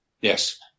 Yes